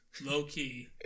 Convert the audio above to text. low-key